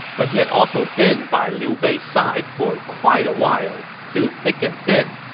but he had also been by liu bei's side for quite a while, through thick and thin.